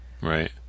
right